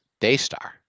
Daystar